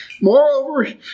Moreover